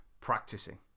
practicing